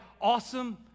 awesome